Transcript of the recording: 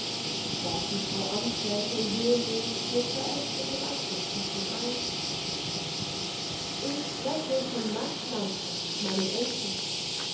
warf die frau amtsrätin höhnisch mit verächtlichem achselzucken ein ich spreche von max lamprecht meinem enkel